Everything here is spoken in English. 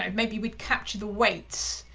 um maybe we'd capture the weights,